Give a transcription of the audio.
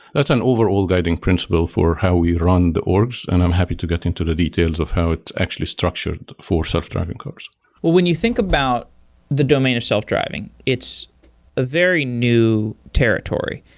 that's an overall guiding principle for how we run the orgs and i'm happy to get into the details of how it's actually structured for self-driving cars well, when you think about the domain of self-driving, it's a very new territory.